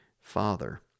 Father